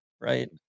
right